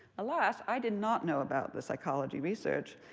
alas, i did not know about the psychology research.